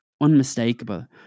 unmistakable